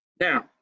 Now